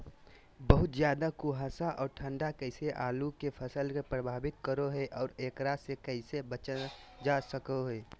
बहुत ज्यादा कुहासा और ठंड कैसे आलु के फसल के प्रभावित करो है और एकरा से कैसे बचल जा सको है?